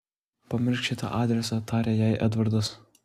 pamiršk šitą adresą tarė jai edvardas